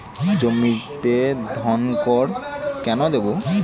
জমিতে ধড়কন কেন দেবো?